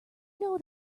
know